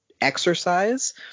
exercise